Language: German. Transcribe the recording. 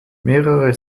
mehrere